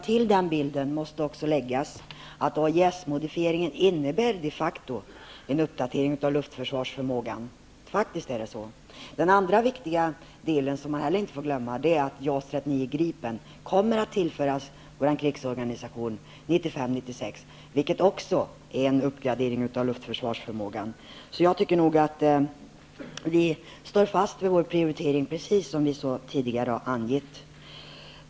Till bilden måste också läggas att AJS modifieringen de facto innebär en uppdatering av luftförsvarsförmågan. Den andra viktiga sak som vi inte heller får glömma bort är att JAS 39 Gripen kommer att tillföras vår krigsorganisation 1995/96, vilket också innebär en uppdatering av luftförsvarsförmågan. Vi står fast vid denna prioritering, precis som vi tidigare angivit.